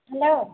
hello